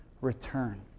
return